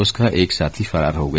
उसका एक साथी फरार हो गया